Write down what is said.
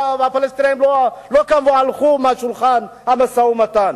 והפלסטינים לא הלכו משולחן המשא-ומתן.